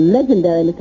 legendary